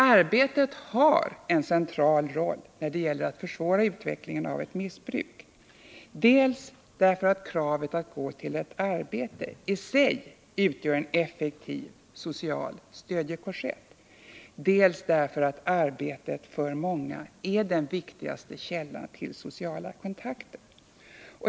Arbetet har en central roll när det gäller att försvåra utvecklingen av ett missbruk, dels därför att kravet att gå till ett arbete i sig utgör en effektiv social stödjekorsett, dels därför att arbetet för många är den viktigaste källan till sociala kontakter.